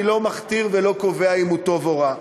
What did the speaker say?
אני לא מכתיר ולא קובע אם הוא טוב או רע,